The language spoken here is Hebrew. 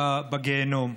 בגיהינום,